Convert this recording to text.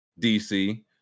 DC